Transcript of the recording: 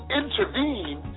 intervene